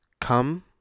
come